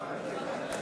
נתקבל.